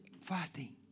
fasting